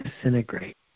disintegrate